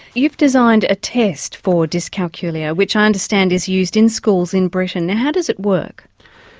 you've designed a test for dyscalculia which i understand is used in schools in britain now how does it work?